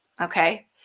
okay